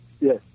Yes